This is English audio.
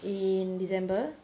in december